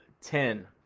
ten